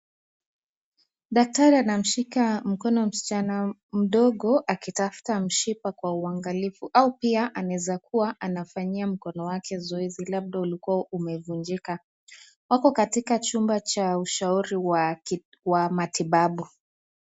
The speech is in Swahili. Daktari anamshika mkono msichana mdogo, akitafuta mshipa kwa uangalifu au pia anaeza kua anafanyia mkono wake zoezi labda ulikua umevunjika. Wako katika chumba cha ushauri wa matibabu.